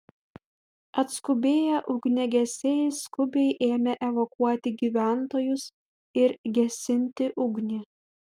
atskubėję ugniagesiai skubiai ėmė evakuoti gyventojus ir gesinti ugnį